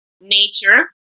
nature